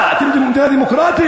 מה, אתם מדינה דמוקרטית?